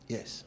Yes